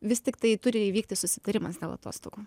vis tik tai turi įvykti susitarimas dėl atostogų